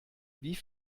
wie